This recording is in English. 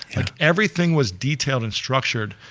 and everything was detailed and structured,